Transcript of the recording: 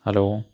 hello